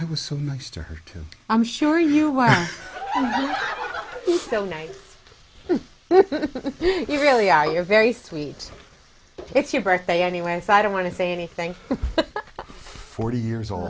i was so nice to her too i'm sure you are still night but you really are you're very sweet it's your birthday anyway so i don't want to say anything forty years old